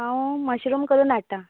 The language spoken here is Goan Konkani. हांव मशरूम करून हाडटा